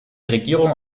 regierung